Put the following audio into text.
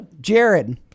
Jared